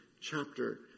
chapter